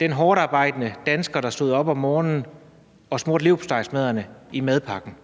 den hårdtarbejdende dansker, der stod op om morgenen og smurte leverpostejmadderne til madpakken.